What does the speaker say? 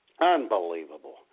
Unbelievable